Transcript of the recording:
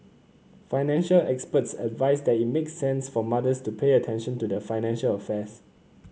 financial experts advise that it makes sense for mothers to pay attention to their financial affairs